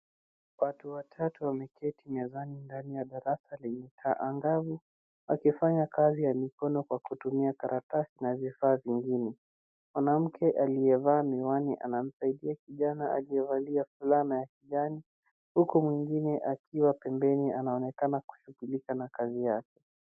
Watu watatu wameketi mezani ndani ya darasa lenye taa angavu wakifanya kazi ya mikono kwa kutumia karatasi na vifaa vingine. Mwanamke aliyevaa miwani anamsaidia kijana aliyevalia fulana kijani huku mwingine akiwa pembeni anaonekana akishughulika na kazi yake.